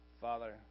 Father